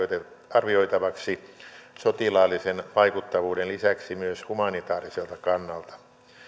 arvioitavaksi sotilaallisen vaikuttavuuden lisäksi myös humanitaariselta kannalta